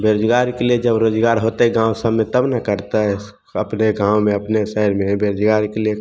बेरोजगारके लेल जब रोजगार होतय गाँव सबमे तब ने करतय अपने गाँवमे अपने शहरमे बेरोजगारके लेल